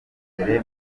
imbere